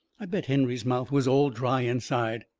i bet henry's mouth was all dry inside.